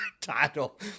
title